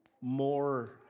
more